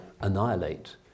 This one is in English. annihilate